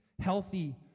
healthy